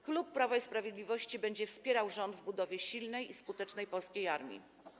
Klub Prawa i Sprawiedliwości będzie wspierał rząd w budowie silnej i skutecznej polskiej armii.